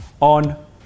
on